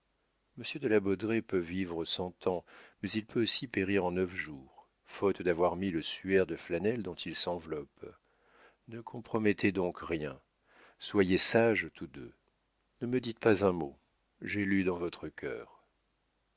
monsieur de la baudraye peut vivre cent ans mais il peut aussi périr en neuf jours faute d'avoir mis le suaire de flanelle dont il s'enveloppe ne compromettez donc rien soyez sages tous deux ne me dites pas un mot j'ai lu dans votre cœur